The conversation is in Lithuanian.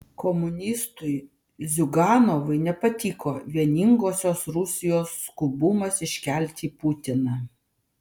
komunistui ziuganovui nepatiko vieningosios rusijos skubumas iškelti putiną